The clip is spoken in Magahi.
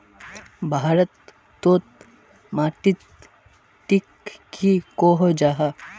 भारत तोत माटित टिक की कोहो जाहा?